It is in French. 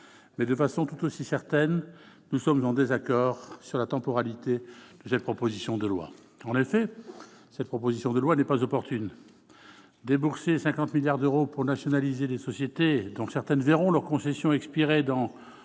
de façon tout aussi évidente, nous sommes en désaccord sur la temporalité de cette proposition de loi, qui n'est pas opportune. Débourser 50 milliards d'euros pour nationaliser des sociétés- dont certaines verront leur concession expirer dans